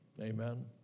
Amen